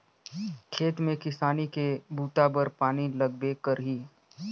खेत में किसानी के बूता बर पानी लगबे करही